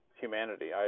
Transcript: humanity